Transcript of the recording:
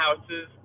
houses